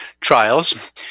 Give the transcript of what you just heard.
trials